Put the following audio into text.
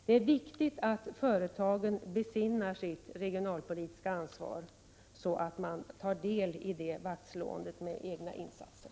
Det är viktigt att företagen besinnar sitt regionalpolitiska ansvar och gör egna insatser.